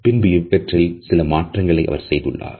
பின்பு இவற்றை சில மாற்றங்களுடன் கூறுகிறார்